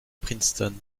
princeton